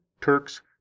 Turks